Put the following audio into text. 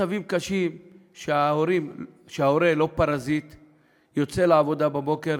מצבים קשים שבהם ההורה יוצא לעבודה בבוקר,